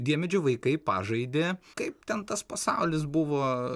diemedžio vaikai pažaidė kaip ten tas pasaulis buvo